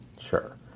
Sure